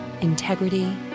integrity